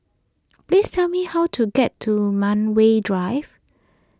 please tell me how to get to Medway Drive